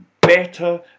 better